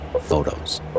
photos